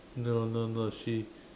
no no no she